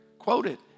Quoted